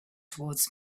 towards